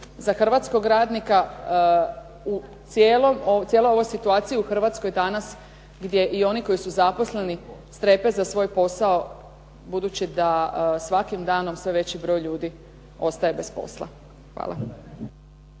za hrvatskog radnika u cijeloj ovoj situaciji u Hrvatskoj danas gdje i oni koji su zaposleni strepe za svoj posao budući da svakim danom sve veći broj ljudi ostaje bez posla. Hvala.